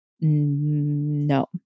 no